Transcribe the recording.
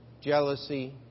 Jealousy